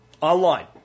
online